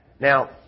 Now